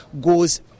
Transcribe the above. goes